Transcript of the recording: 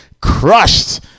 crushed